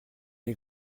est